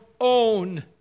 own